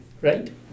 right